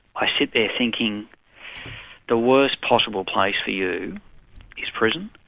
i sit there thinking the worst possible place for you is prison.